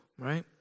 right